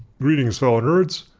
greetings fellow nerds.